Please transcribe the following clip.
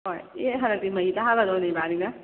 ꯍꯣꯏ ꯑꯦ ꯍꯟꯗꯛꯇꯤ ꯃꯩ ꯇꯥꯍꯜꯂꯗꯧꯅꯤ ꯏꯕꯥꯅꯤꯅ